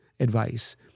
advice